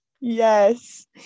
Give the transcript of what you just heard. yes